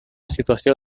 situació